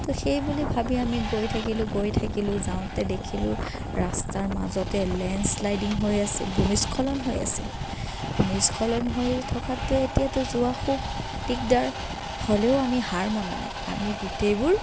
ত' সেই বুলি ভাবি আমি গৈ থাকিলোঁ গৈ থাকিলোঁ যাওঁতে দেখিলোঁ ৰাস্তাৰ মাজতে লেণ্ড শ্লাইডিং হৈ আছিল ভূমিস্খলন হৈ আছিল ভূমিস্খলন হৈ থকাততো এতিয়াটো যোৱা খুব দিগদাৰ হ'লেও আমি হাৰ মনা নাই আমি গোটেইবোৰ